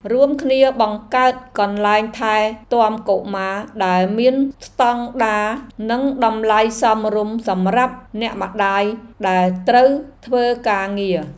រួមគ្នាបង្កើតកន្លែងថែទាំកុមារដែលមានស្តង់ដារនិងតម្លៃសមរម្យសម្រាប់អ្នកម្តាយដែលត្រូវធ្វើការងារ។